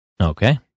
Okay